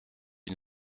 une